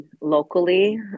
locally